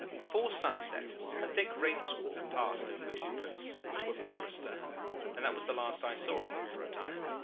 before sunset a thick rain-squall passed over the two boats, which were far astern, and that was the last i saw of them for a time.